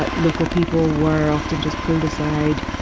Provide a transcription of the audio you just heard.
but local people were often just pulled aside.